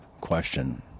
question